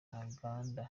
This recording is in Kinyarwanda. ntaganda